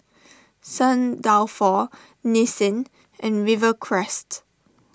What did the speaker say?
Saint Dalfour Nissin and Rivercrest